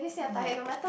like